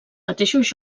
mateixos